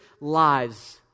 lives